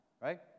right